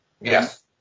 Yes